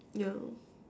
yeah